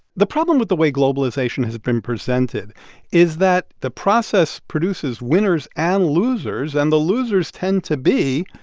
the problem with the way globalization has been presented is that the process produces winners and losers, and the losers tend to be,